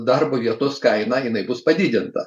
darbo vietos kaina jinai bus padidinta